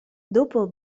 dopo